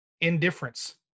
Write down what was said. Indifference